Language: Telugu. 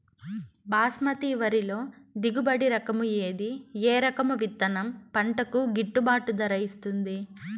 బాస్మతి వరిలో దిగుబడి రకము ఏది ఏ రకము విత్తనం పంటకు గిట్టుబాటు ధర ఇస్తుంది